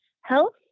health